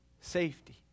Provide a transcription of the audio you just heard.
safety